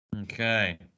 Okay